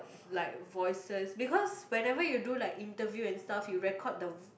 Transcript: like voices because whenever you do like interview and stuff you record the